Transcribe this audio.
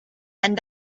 and